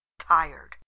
tired